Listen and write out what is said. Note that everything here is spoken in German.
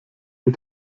ihr